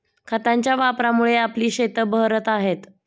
खतांच्या वापरामुळे आपली शेतं बहरत आहेत